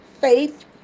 Faith